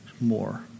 More